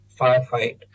firefight